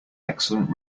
excellent